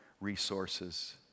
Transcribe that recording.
resources